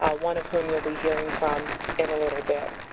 ah one of whom you'll be hearing from in a little bit.